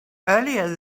earlier